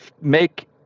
make